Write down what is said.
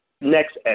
next